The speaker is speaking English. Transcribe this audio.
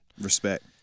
Respect